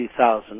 2000